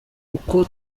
ukwo